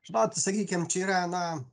žinot sakykim čia yra na